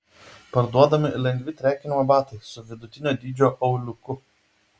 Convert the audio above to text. parduodami lengvi trekinimo batai su vidutinio dydžio auliuku